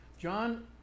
John